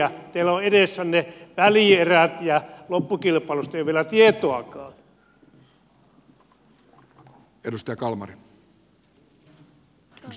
teillä on edessänne välierät ja loppukilpailusta ei ole vielä tietoakaan